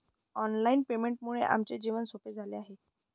online पेमेंटमुळे आमचे जीवन सोपे झाले आहे